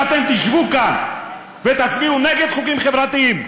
שאתם תשבו כאן ותצביעו נגד חוקים חברתיים?